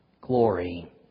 glory